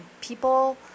people